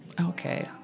Okay